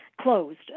closed